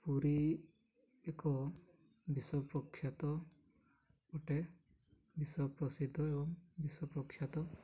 ପୁରୀ ଏକ ବିଶ୍ୱପ୍ରଖ୍ୟାତ ଗୋଟେ ବିଶ୍ୱପ୍ରସିଦ୍ଧ ଏବଂ ବିଶ୍ୱପ୍ରଖ୍ୟାତ